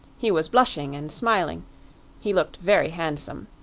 he was blushing and smiling he looked very handsome,